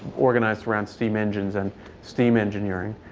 organized around steam engines and steam engineering.